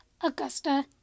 Augusta